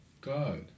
God